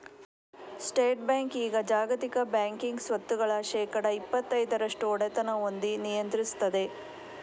state bank ಈಗ ಜಾಗತಿಕ banking ಸ್ವತ್ತುಗಳ ಶೇಕಡಾ ಇಪ್ಪತೈದರಷ್ಟು ಒಡೆತನ ಹೊಂದಿ ನಿಯಂತ್ರಿಸ್ತದೆ